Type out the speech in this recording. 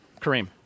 Kareem